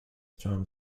time